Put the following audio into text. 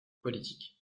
politique